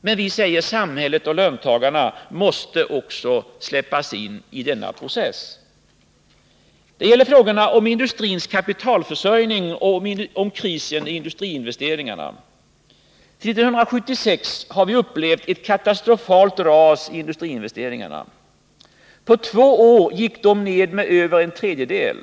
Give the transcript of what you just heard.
Men vi säger att samhället och löntagarna också måste släppas in i denna process. Det gäller vidare frågorna om industrins kapitalförsörjning och krisen i industriinvesteringarna. Sedan 1976 har vi upplevt ett katastrofalt ras i industriinvesteringarna. På två år gick de ned med över en tredjedel.